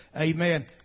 Amen